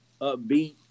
upbeat